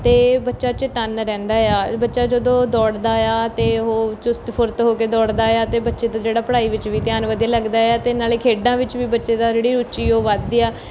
ਅਤੇ ਬੱਚਾ ਚੇਤੰਨ ਰਹਿੰਦਾ ਏ ਆ ਬੱਚਾ ਜਦੋਂ ਦੌੜਦਾ ਏ ਆ ਅਤੇ ਉਹ ਚੁਸਤ ਫੁਰਤ ਹੋ ਕੇ ਦੌੜਦਾ ਆ ਅਤੇ ਬੱਚੇ ਦਾ ਜਿਹੜਾ ਪੜ੍ਹਾਈ ਵਿੱਚ ਵੀ ਧਿਆਨ ਵਧੀਆ ਲੱਗਦਾ ਏ ਆ ਅਤੇ ਨਾਲ਼ੇ ਖੇਡਾਂ ਵਿੱਚ ਵੀ ਬੱਚੇ ਦਾ ਜਿਹੜੀ ਰੁਚੀ ਉਹ ਵੱਧਦੀ ਆ